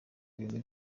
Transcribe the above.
ibintu